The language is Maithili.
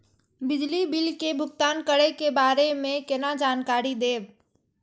बिजली बिल के भुगतान करै के बारे में केना जानकारी देब?